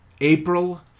April